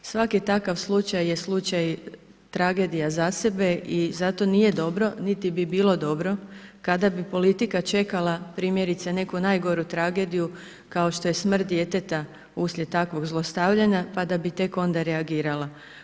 Svaki takav slučaj je slučaj tragedija za sebe i zato nije dobro niti bi bilo dobro kada bi politika čekala primjerice neku najgoru tragediju kao što je smrt djeteta uslijed takvog zlostavljanja pa da bi tek onda reagirala.